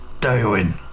Darwin